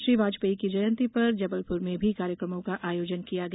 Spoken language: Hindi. श्री वाजपेयी की जयंती पर जबलपुर में भी कार्यक्रमों का आयोजन किया गया